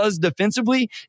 defensively